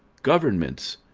governments,